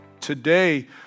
Today